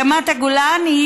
רמת הגולן,